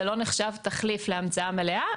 זה לא נחשב תחליף להמצאה מלאה.